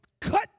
cut